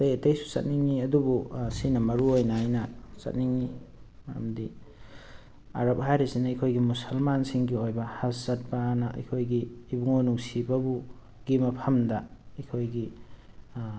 ꯑꯇꯩ ꯑꯇꯩꯁꯨ ꯆꯠꯅꯤꯡꯉꯤ ꯑꯗꯨꯕꯨ ꯁꯤꯅ ꯃꯔꯨ ꯑꯣꯏꯅ ꯑꯩꯅ ꯆꯠꯅꯤꯡꯉꯤ ꯃꯔꯝꯗꯤ ꯑꯔꯥꯕ ꯍꯥꯏꯔꯤꯁꯤꯅ ꯑꯩꯈꯣꯏꯒꯤ ꯃꯨꯁꯜꯃꯥꯟꯁꯤꯡꯒꯤ ꯑꯣꯏꯕ ꯍꯁ ꯆꯠꯄꯑꯅ ꯑꯩꯈꯣꯏꯒꯤ ꯏꯕꯨꯡꯉꯣ ꯅꯨꯡꯁꯤꯕꯕꯨ ꯒꯤ ꯃꯐꯝꯗ ꯑꯩꯈꯣꯏꯒꯤ